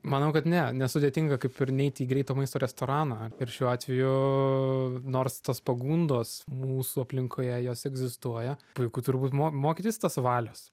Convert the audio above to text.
manau kad ne nesudėtinga kaip ir neiti į greito maisto restoraną ir šiuo atveju nors tos pagundos mūsų aplinkoje jos egzistuoja puiku turbūt mo mokytis tos valios